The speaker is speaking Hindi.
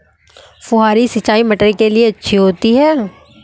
फुहारी सिंचाई मटर के लिए अच्छी होती है?